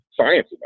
science